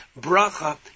bracha